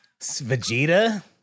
Vegeta